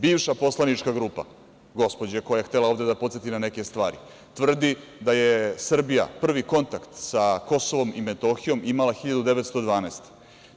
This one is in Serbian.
Bivša poslanička grupa, gospođe koja je htela ovde da podseti na neke stvari, tvrdi da je Srbija prvi kontakt sa KiM imala 1912. godine.